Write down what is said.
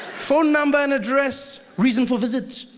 phone number and adress reason for visit,